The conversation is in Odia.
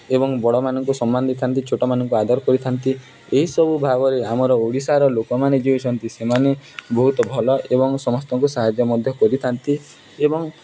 ଏବଂ ବଡ଼ମାନଙ୍କୁ ସମ୍ମାନ ଦେଇଥାନ୍ତି ଛୋଟମାନଙ୍କୁ ଆଦର କରିଥାନ୍ତି ଏହିସବୁ ଭାବରେ ଆମର ଓଡ଼ିଶାର ଲୋକମାନେ ଯେଉଁ ଅଛନ୍ତି ସେମାନେ ବହୁତ ଭଲ ଏବଂ ସମସ୍ତଙ୍କୁ ସାହାଯ୍ୟ ମଧ୍ୟ କରିଥାନ୍ତି ଏବଂ